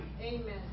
Amen